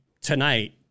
tonight